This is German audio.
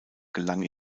gelang